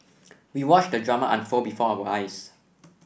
we watched the drama unfold before our eyes